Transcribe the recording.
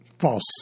False